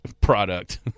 product